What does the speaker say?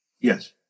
Yes